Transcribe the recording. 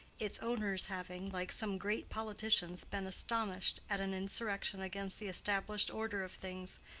its owners having, like some great politicians, been astonished at an insurrection against the established order of things,